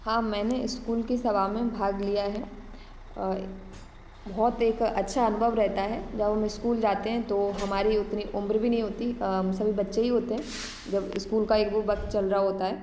हाँ मैंने स्कूल के सभा में भाग लिया है बहुत एक अच्छा अनुभव रहता है जब हम स्कूल जाते हैं तो हमारी उतनी उम्र भी नहीं होती हम सभी बच्चे ही होते हैं जब स्कूल का यह वो वक्त चल रहा होता है